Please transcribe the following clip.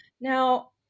Now